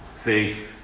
See